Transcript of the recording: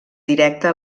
directa